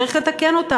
יש לתקנם.